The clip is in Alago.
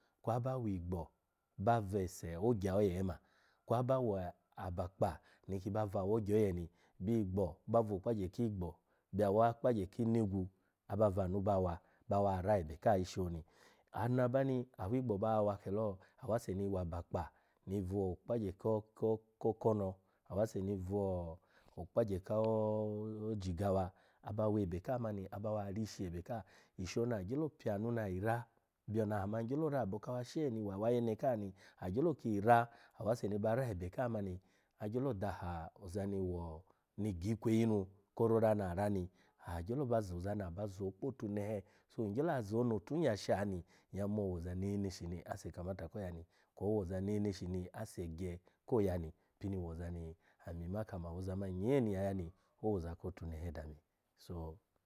Kwaba wi igbo ba vese ogya oye ma, kwa ive abakpa niki ba va awo ogya oye ni, byi iggo ba vo okpagye ki igbo, bya akpagye ki inigwu aba vanu bawa bawa ra ebe ka ishi oni, ana bani awi igbo ba wa kelo awase ni wa abakpa ni vo okpogye ko o jigawa aba webe ka mani aba wa rishi ebe ka, ishi oni agyelo pyanu na ayi ra, byoni aha man gyo ra ebe ka avashe ni wa awayene ka ni, agyelo ki yira, awase ni ba ra ebe ka mani, agyelo daha oza ni wo ni girkweyi nu ko rora na ara ni aha gyelo ba zo ozani, aba zo kpo otunehe ni gyelo ya zeno otun ya sha ni nyya mo woza neneshi ni ase kamata ko ya ni, kwo owoza neneshi ni ase gye ko yani, pini woza ni ami ma kamo awoza mani nyee ni nyya ya ni owoza kotunehe dami so.